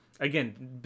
Again